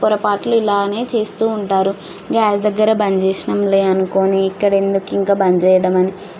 పొరపాట్లు ఇలానే చేస్తూ ఉంటారు గ్యాస్ దగ్గర బంద్ చేసినాంలే అనుకోని ఇక్కడ ఎందుకు ఇంక బంద్ చెయ్యడం అని